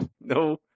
No